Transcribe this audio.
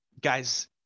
guys